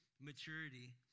maturity